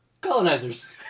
Colonizers